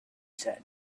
said